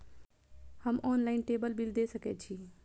हम online table bill दे सके छी?